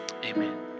amen